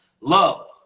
love